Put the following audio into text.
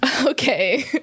Okay